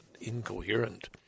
incoherent